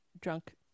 drunk